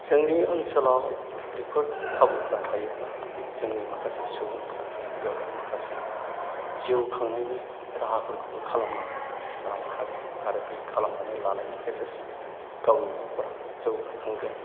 जोंनि ओनसोलाव बेफोर खाबुफोरा थायोब्ला जोंनि माखासे सुबुंफोरा बेवहाय माखासे जिउ खांनायनि राहाफोरखौबो खालामनानै लानो हागोन आरो बे खालामनानै लानायनि गेजेरजों गावनि न'खरा जौगाखांगोन